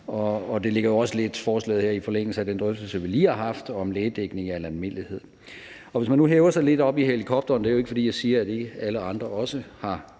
her ligger også lidt i forlængelse af den drøftelse, vi lige har haft, om lægedækning i al almindelighed. Hvis man nu hæver sig lidt op i helikopteren – det er jo ikke, fordi jeg siger, at alle andre ikke også har